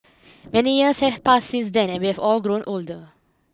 many years have passed since then and we have all grown older